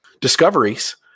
discoveries